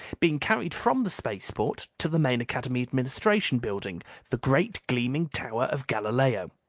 being carried from the spaceport to the main academy administration building, the great gleaming tower of galileo.